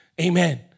Amen